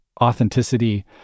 authenticity